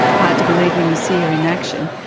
hard to believe when you see her in action,